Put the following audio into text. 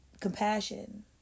Compassion